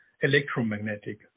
electromagnetic